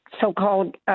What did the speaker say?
so-called